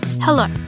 Hello